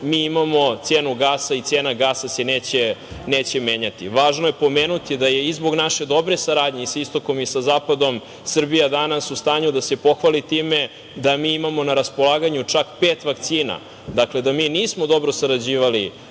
mi imamo cenu gasa i cena gasa se neće menjati. Važno je pomenuti da je i zbog naše dobre saradnje i sa istokom i sa zapadom Srbija danas u stanju da se pohvali time da mi imamo na raspolaganju čak pet vakcina. Da mi nismo dobro sarađivali